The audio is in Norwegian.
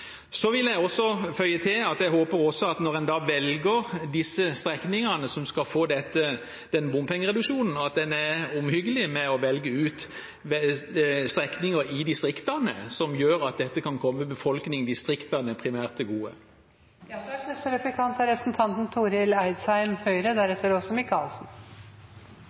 Så vil jeg føye til at jeg håper at en – når en velger disse strekningene som skal få denne bompengereduksjonen – er omhyggelig med å velge strekninger i distriktene som gjør at dette primært kan komme befolkningen i distriktene til gode. I fleire av dei alternative budsjetta til opposisjonen er